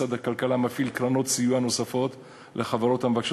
משרד הכלכלה מפעיל קרנות סיוע לחברות המבקשות